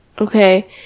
okay